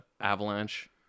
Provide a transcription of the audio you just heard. Avalanche